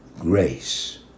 grace